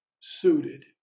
suited